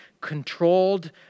controlled